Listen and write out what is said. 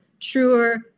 truer